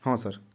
ହଁ ସାର୍